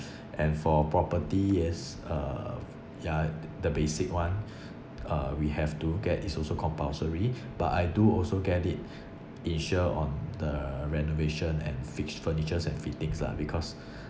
and for property yes uh ya the basic one uh we have to get it's also compulsory but I do also get it insure on the renovation and fixed furnitures and fittings lah because